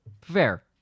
fair